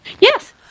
Yes